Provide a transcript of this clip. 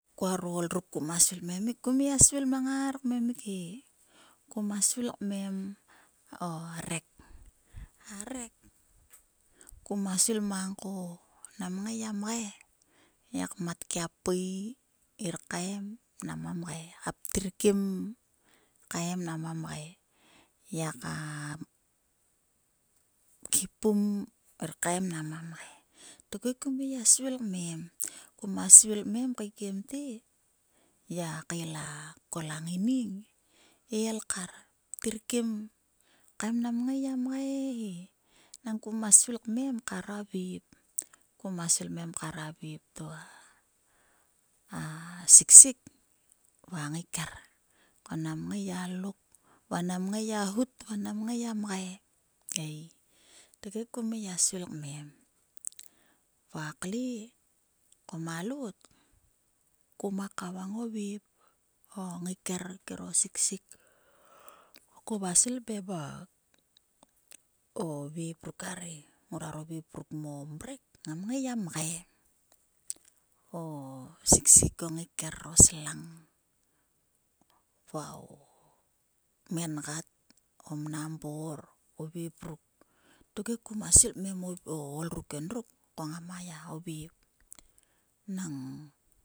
Kuaro ol ruk kum vua svil kmemik. kum vua svil kmemkik he. kuma svil kmen o rek a rek kuma svil mang ko nam ngai gia mgai. Ngiak mat kia pei ngir kaem nama mgain. ptar kim kaem nama mgai ngiaka khipum kaem nama mgai tok he kum ngai gia svil kmem. Kuma svil kmem kaekiem te, ngiak kael a kol a ngaining he el kar ptira kim kaem nam ngai gia mgai he. Nang kuma svil kmem kar a vep kuma svill kmem kar a vep to a siksik va a ngaeker ko nam ngai gia lok nam ngai gia hut va nam ngai gia svil kmem va kle ko ma loot koma kavang a nvep nkero ngaiker kero sik ngor ktuaro vep ruk mo merek ngam ngai gia mgae, o siksik. ongiaker o slang o mengat, o mnambpr tokhe kuma svil kmem o ol ruk endruk ngama ya o vep nang